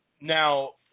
Now